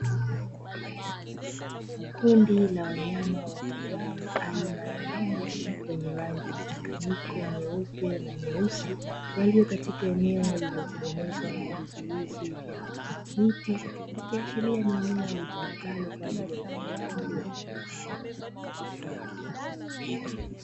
Kundi la wanyama wafugwao aina ya ng’ombe wenye rangi mchanganyiko nyeupe na nyeusi, walio katika eneo lililotengenezwa kwa vizuizi vya miti; ikiashiria ni eneo litumikalo kwa ajili ya ufugaji wa wanyama hao.